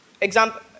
Example